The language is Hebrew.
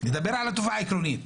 נדבר על התופעה העקרונית,